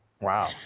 Wow